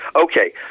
Okay